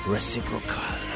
Reciprocal